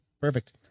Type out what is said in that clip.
Perfect